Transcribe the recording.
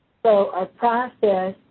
so, our process,